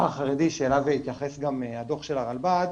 החרדי שאליו התייחס הדו"ח של הרלב"ד,